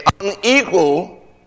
unequal